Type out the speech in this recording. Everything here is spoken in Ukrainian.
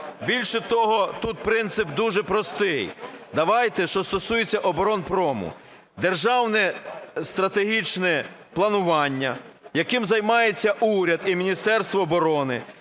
Більше того, тут принцип дуже простий. Давайте, що стосується оборонпрому. Державне стратегічне планування, яким займається уряд і Міністерство оборони,